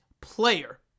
player